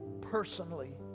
personally